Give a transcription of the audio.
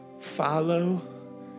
Follow